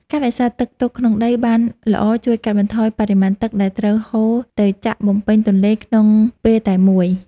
ការរក្សាទឹកទុកក្នុងដីបានល្អជួយកាត់បន្ថយបរិមាណទឹកដែលត្រូវហូរទៅចាក់បំពេញទន្លេក្នុងពេលតែមួយ។